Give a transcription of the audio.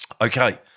Okay